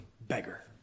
beggar